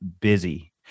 busy